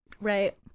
Right